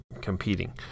competing